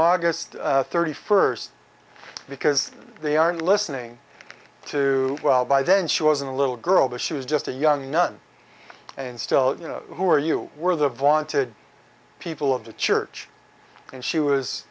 august thirty first because they aren't listening to well by then she was a little girl but she was just a young nun and still you know who are you were the vaunted people of the church and she was